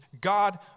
God